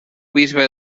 bisbe